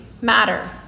matter